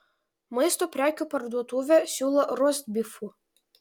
maisto prekių parduotuvė siūlo rostbifų